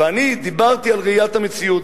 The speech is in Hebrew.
ואני דיברתי על ראיית המציאות.